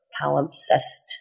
palimpsest